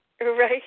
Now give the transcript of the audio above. Right